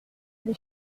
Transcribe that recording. les